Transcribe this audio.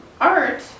art